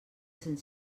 cent